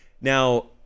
Now